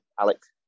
Alex